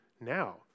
now